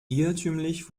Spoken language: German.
irrtümlich